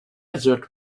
desert